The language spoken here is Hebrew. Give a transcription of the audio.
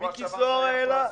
מיקי זוהר העלה?